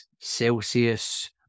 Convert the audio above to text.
Celsius